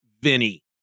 Vinny